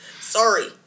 Sorry